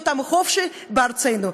להיות עם חופשי בארצנו.